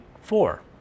four